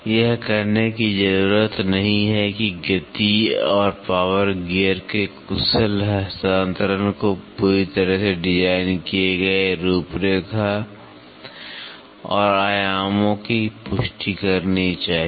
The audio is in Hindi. यह कहने की जरूरत नहीं है कि गति और पावर गियर के कुशल हस्तांतरण को पूरी तरह से डिज़ाइन किए गए रूपरेखा और आयामों की पुष्टि करनी चाहिए